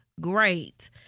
great